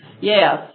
Yes